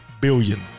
billion